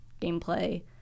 gameplay